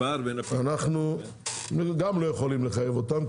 אנו גם לא יכולים לחייב אותם,